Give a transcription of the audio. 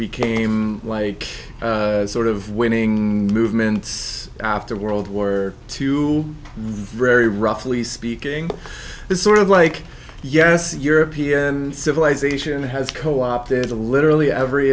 became like sort of winning movements after world war two very roughly speaking it's sort of like yes european civilization has co opted to literally every